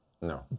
No